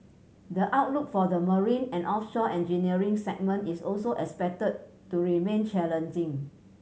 the outlook for the marine and offshore engineering segment is also expected to remain challenging